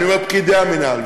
ואני אומר פקידי המינהל,